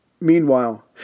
Meanwhile